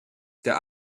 der